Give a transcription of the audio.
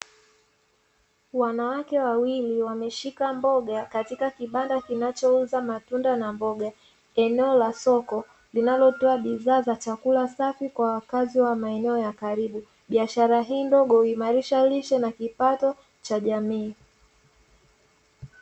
Wanawake wawili wameshika mboga katika kibanda kinachouza matunda na mboga. Eneo la soko linalotoa bidhaa za chakula safi kwa wakazi wa maeneno ya karibu. Biashara hii ndogo huimarisha lishe na kipato cha jamii.